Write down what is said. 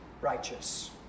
righteous